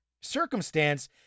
circumstance